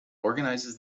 organizes